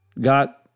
got